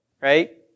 right